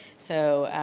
so,